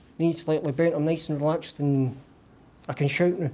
knees slightly bent, i'm nice and relaxed and i can shout now.